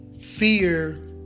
fear